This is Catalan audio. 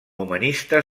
humanista